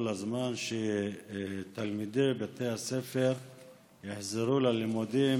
הזמן שתלמידי בתי הספר יחזרו ללימודים,